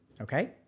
okay